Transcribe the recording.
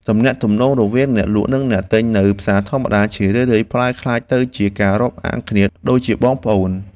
ទំនាក់ទំនងរវាងអ្នកលក់និងអ្នកទិញនៅផ្សារធម្មតាជារឿយៗប្រែក្លាយទៅជាការរាប់អានគ្នាដូចជាបងប្អូន។